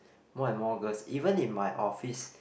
more and more girls even in my office